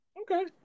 okay